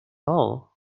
all